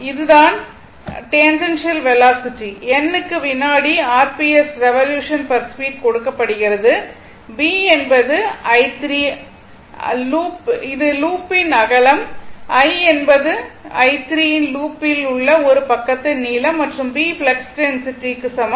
இது தான் tangential velocity n க்கு வினாடிக்கு r p s revolution per speed கொடுக்கப்படுகிறது b என்பது i3 இல் லூப்பின் அகலம் l என்பது i3 இல் லூப்பின் ஒரு பக்கத்தின் நீளம் மற்றும் B ஃப்ளக்ஸ் டென்சிட்டி க்கு சமம்